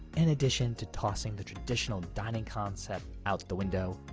in addition to tossing the traditional dining concept out the window,